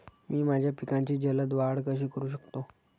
मी माझ्या पिकांची जलद वाढ कशी करू शकतो?